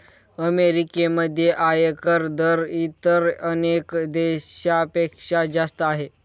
अमेरिकेमध्ये आयकर दर इतर अनेक देशांपेक्षा जास्त आहे